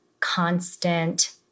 constant